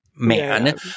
Man